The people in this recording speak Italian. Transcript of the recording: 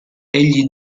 egli